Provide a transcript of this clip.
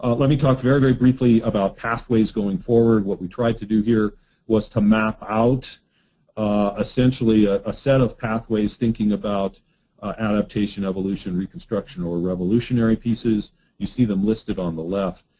ah let me talk very very briefly about pathways going forward. what we tried to do here was to map out essentially a set of pathways thinking about adaptation, evolution, reconstruction, or revolutionary pieces. you see them listed on the left.